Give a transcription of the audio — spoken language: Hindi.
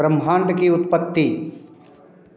ब्रह्मांड की उत्पत्ति